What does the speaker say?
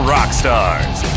Rockstars